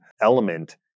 element